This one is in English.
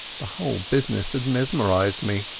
the whole business had mesmerized me.